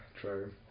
true